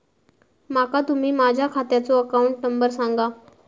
माका तुम्ही माझ्या खात्याचो अकाउंट नंबर सांगा?